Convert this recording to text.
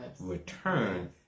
Return